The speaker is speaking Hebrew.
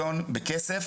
האזרחים וכל מי שרוצה.